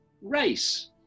race